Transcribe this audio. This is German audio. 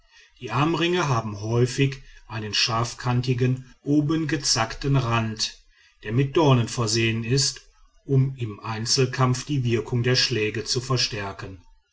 die armringe haben häufig einen scharfkantigen oben gezackten rand der mit dornen versehen ist um im einzelkampf die wirkung der schläge zu verstärken